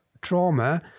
trauma